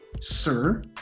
sir